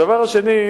הדבר השני,